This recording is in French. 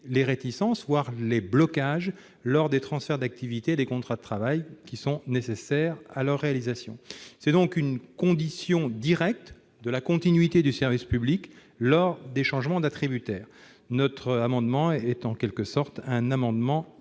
les réticences, voire les blocages, lors des transferts d'activités et des contrats de travail nécessaires à leur réalisation. C'est une condition directe de la continuité du service public lors des changements d'attributaire. Il s'agit en quelque sorte d'un amendement